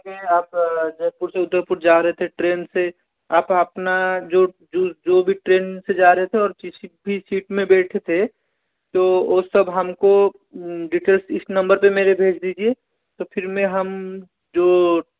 आप जयपुर से उदयपुर जा रहे थे ट्रेन से आप अपना जो जो जो भी ट्रेन से जा रहे थे और किसी भी सीट में बैठे थे तो ओ सब हमको डिटेल्स इस नंबर पे मेरे भेज दीजिए तो फिर मैं हम जो